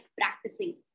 practicing